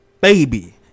baby